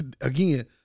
again